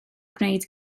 gwneud